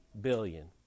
billion